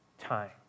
time